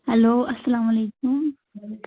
hello اَسلامُ علیکُم